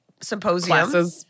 symposium